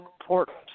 important